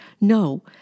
No